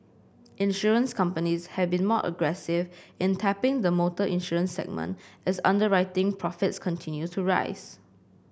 insurance companies have been more aggressive in tapping the motor insurance segment as underwriting profit continues to rise